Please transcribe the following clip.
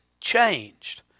changed